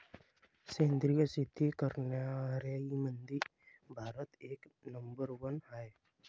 सेंद्रिय शेती करनाऱ्याईमंधी भारत एक नंबरवर हाय